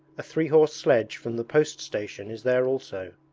a three-horse sledge from the post-station is there also.